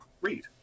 read